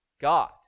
god